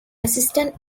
assistant